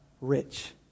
rich